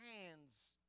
hands